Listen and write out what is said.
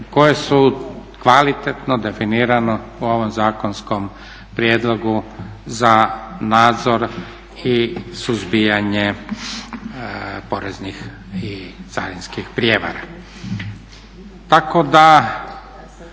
koje su kvalitetno, definirano u ovom zakonskom prijedlogu za nadzor i suzbijanje poreznih i carinskih prijevara. Tako da